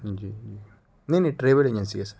جی نہیں نہیں travel agency ہے سر